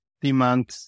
demand